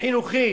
מוסד חינוכית.